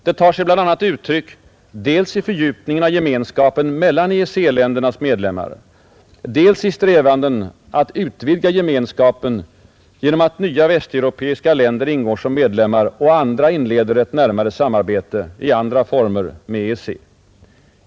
Det tar sig bl.a. uttryck dels i fördjupningen av Gemenskapen mellan EEC-ländernas medlemmar, dels i strävanden att utvidga Gemenskapen genom att nya västeuropeiska länder ingår som medlemmar och andra inleder ett närmare samarbete i andra former med EEC.